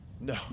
No